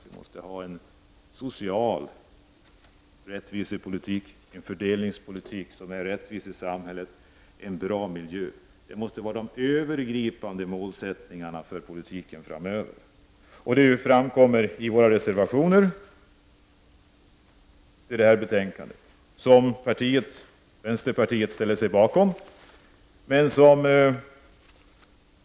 Vi måste ha en social rättvisepolitik, en fördelningspolitik som är rättvis i samhället, en bra miljö. Det måste vara de övergripande målsättningarna för politiken framöver. Detta framkommer i de reservationer till detta betänkande som vänsterpartiet ställer sig bakom.